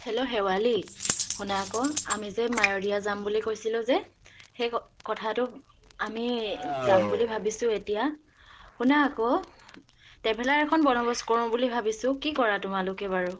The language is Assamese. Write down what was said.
হেল্লো শেৱালি শুন আকৌ আমি যে মায়'দিয়া যাম বুলি কৈছিলোঁ যে সেই কথাটো আমি যাম বুলি ভাবিছোঁ এতিয়া শুনা আকৌ ট্ৰেভেলাৰ এখন বন্দবস্ত কৰোঁ বুলি ভাবিছোঁ কি কৰা তোমালোকে বাৰু